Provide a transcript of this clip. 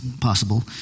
possible